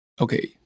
Okay